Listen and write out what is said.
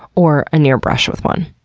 or a near brush with one.